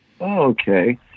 Okay